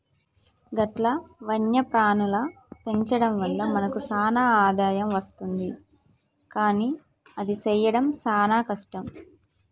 గట్ల వన్యప్రాణుల పెంచడం వల్ల మనకు సాన ఆదాయం అస్తుంది కానీ అది సెయ్యడం సాన కష్టం